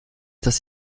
das